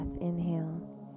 inhale